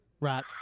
Right